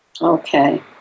Okay